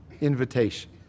invitation